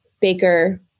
Baker